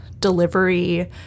delivery